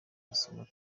masomo